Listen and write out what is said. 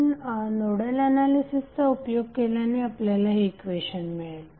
आपण नोडल एनालिसिसचा उपयोग केल्याने आपल्याला हे इक्वेशन मिळेल